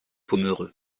pomereux